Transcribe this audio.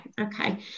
okay